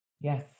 Yes